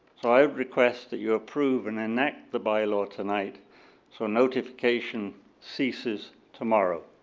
so i request that you approve and enact the by law tonight so notification ceases tomorrow.